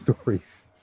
stories